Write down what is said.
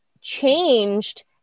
changed